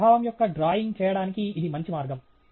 ఈ స్వభావం యొక్క డ్రాయింగ్ చేయడానికి ఇది మంచి మార్గం